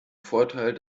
vorteil